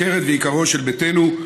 עקרת ועיקרו של ביתנו,